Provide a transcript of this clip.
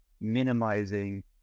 minimizing